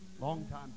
longtime